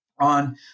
on